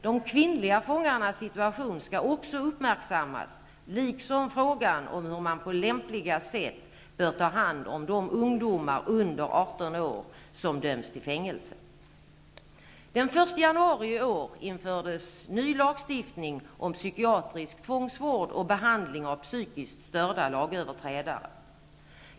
De kvinnliga fångarnas situation skall också uppmärksammas liksom frågan om hur man på lämpligast sätt bör ta hand om de ungdomar under Den 1 januari i år infördes en ny lagstiftning om psykiatrisk tvångsvård och behandlingen av psykiskt störda lagöverträdare.